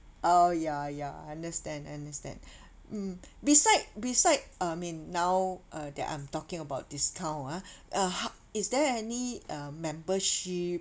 oh ya ya I understand understand mm beside beside I mean now uh that I'm talking about discount ah uh ho~ is there any uh membership